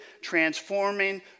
transforming